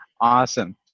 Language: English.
Awesome